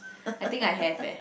I think I have eh